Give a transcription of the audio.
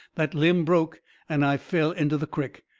that limb broke and i fell into the crick.